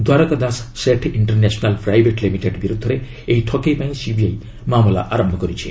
Dwarka Das Seth international private limited ବିରୁଦ୍ଧରେ ଏହି ଠକେଇ ପାଇଁ ସିବିଆଇ ମାମଲା ଆରମ୍ଭ କରିଛି